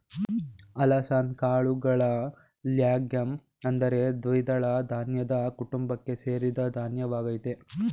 ಅಲಸಂದೆ ಕಾಳುಗಳು ಲೆಗ್ಯೂಮ್ ಅಂದರೆ ದ್ವಿದಳ ಧಾನ್ಯದ ಕುಟುಂಬಕ್ಕೆ ಸೇರಿದ ಧಾನ್ಯವಾಗಯ್ತೆ